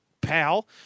pal